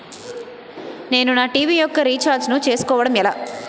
నేను నా టీ.వీ యెక్క రీఛార్జ్ ను చేసుకోవడం ఎలా?